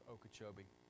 Okeechobee